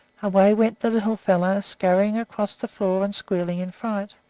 away went the little fellow, scurrying across the floor and squealing in fright.